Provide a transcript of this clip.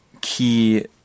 key